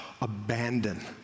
abandon